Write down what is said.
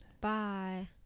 Bye